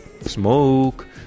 smoke